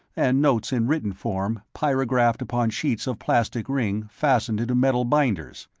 and notes in written form, pyrographed upon sheets of plastic ring fastened into metal binders.